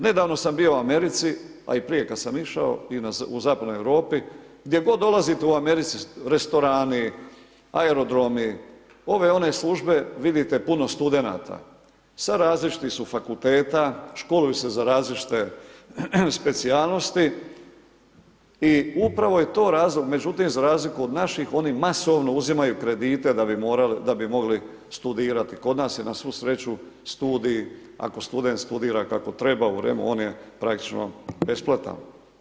Nedavno sam bio u Americi, a i prije kad sam išao u Zapadnoj Europi gdje god dolazite u Americi, restorani, aerodromi, ove one službe vidite puno studenata, sa različitih su fakulteta, školuju se za različite specijalnosti i upravo je to razlog, međutim za razliku od naših oni masovno uzimaju kredite da bi mogli studirati, kod nas je na svu sreću studij ako student studira kako treba on je praktično besplatan.